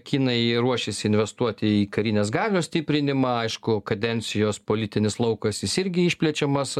kinai ruošėsi investuoti į karinės galios stiprinimą aišku kadencijos politinis laukas jis irgi išplečiamas